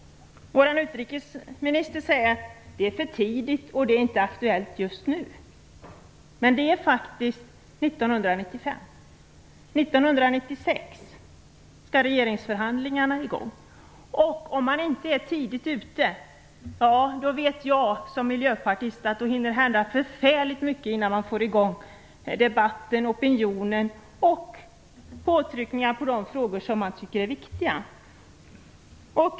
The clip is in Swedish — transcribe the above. Vår utrikesminister säger att det är för tidigt och att det inte är aktuellt just nu. Men det är faktiskt 1995. År 1996 skall regeringsförhandlingarna sättas i gång. Om man inte är tidigt ute vet jag som miljöpartist att det hinner hända förfärligt mycket innan man får i gång debatten, opinionen och påtryckningar på de frågor som man tycker är viktiga.